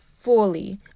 fully